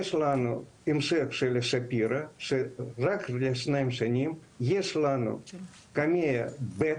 יש לנו המשך לשפירא רק לשנתיים, יש לנו קמ"ע ב'